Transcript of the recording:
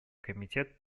комитет